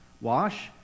Wash